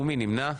אין נמנע.